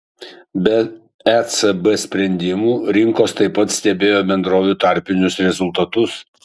be ecb sprendimų rinkos taip pat stebėjo bendrovių tarpinius rezultatus